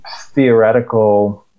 theoretical